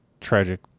tragic